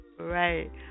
Right